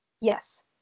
Yes